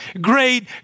great